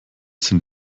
sind